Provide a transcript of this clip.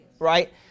Right